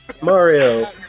Mario